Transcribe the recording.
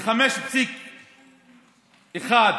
ל-5.1%,